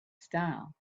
style